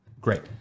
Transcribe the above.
Great